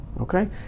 Okay